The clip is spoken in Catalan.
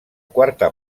quarta